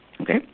Okay